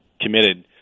committed